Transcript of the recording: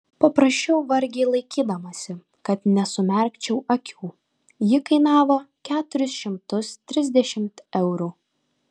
paprašiau vargiai laikydamasi kad nesumerkčiau akių ji kainavo keturis šimtus trisdešimt eurų